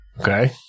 Okay